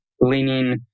leaning